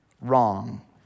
wrong